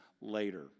later